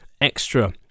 extra